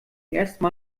ersten